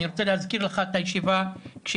אני רוצה להזכיר לך את הישיבה כשהזדמנתי